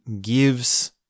gives